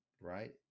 right